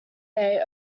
day